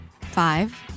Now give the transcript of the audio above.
five